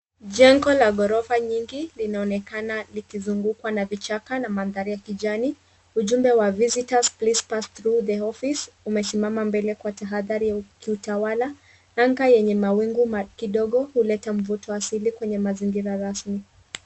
Jengo la ghorofa nyingi linaonekana likizungukwa na vichaka na mandhari ya kijani. Ujumbe wa visitors please pass through the office umesimama mbele kwa tahadhari ya kiutawala. Anga yenye mawingu kidogo huleta mvuto asili kwenye mazingira rasmi.